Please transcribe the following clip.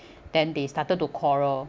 then they started to quarrel